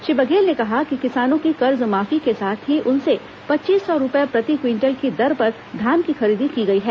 श्री बघेल ने कहा कि किसानों की कर्जमाफी के साथ ही उनसे पच्चीस सौ रूपये प्रति क्विंटल की दर पर धान की खरीदी की गई है